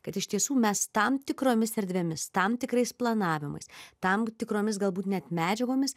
kad iš tiesų mes tam tikromis erdvėmis tam tikrais planavimais tam tikromis galbūt net medžiagomis